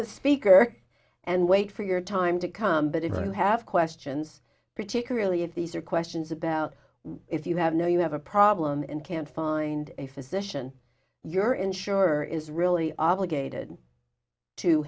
a speaker and wait for your time to come but it will have questions particularly if these are questions about what if you have know you have a problem and can't find a physician your insurer is really obligated to